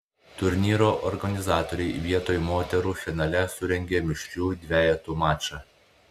turnyro organizatoriai vietoj moterų finale surengė mišrių dvejetų mačą